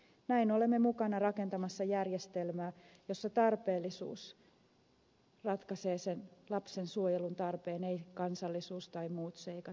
näin olemme mukana rakentamassa järjestelmää jossa tarpeellisuus ratkaisee sen lapsensuojelun tarpeen ei kansallisuus tai muut seikat